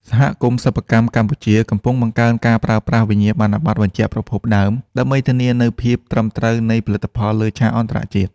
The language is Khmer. សហគមន៍សិប្បកម្មកម្ពុជាកំពុងបង្កើនការប្រើប្រាស់វិញ្ញាបនបត្របញ្ជាក់ប្រភពដើម ដើម្បីធានានូវភាពត្រឹមត្រូវនៃផលិតផលលើឆាកអន្តរជាតិ។